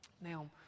now